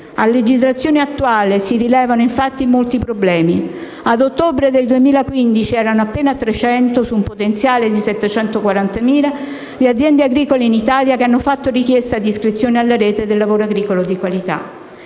A legislazione attuale si rilevano infatti molti problemi: ad ottobre 2015 erano appena 300, su un potenziale di 740.000, le aziende agricole in Italia che hanno fatto richiesta di iscrizione alla Rete del lavoro agricolo di qualità.